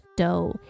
dough